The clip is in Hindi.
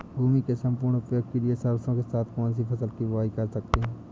भूमि के सम्पूर्ण उपयोग के लिए सरसो के साथ कौन सी फसल की बुआई कर सकते हैं?